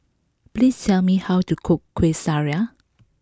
please tell me how to cook Kuih Syara